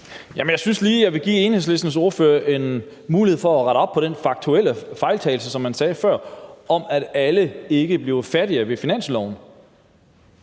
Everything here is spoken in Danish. jeg vil give Enhedslistens ordfører en mulighed for at rette op på den faktuelle fejltagelse, som man kom med før, om, at alle ikke bliver fattigere med finansloven.